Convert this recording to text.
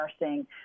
nursing